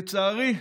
לצערי,